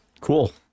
cool